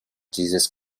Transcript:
jesus